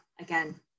again